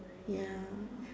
ya